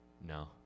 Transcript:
No